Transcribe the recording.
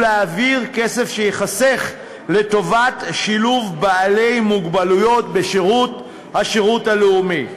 ולהעביר כסף שייחסך לטובת שילוב בעלי מוגבלות בשירות הלאומי.